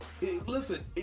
listen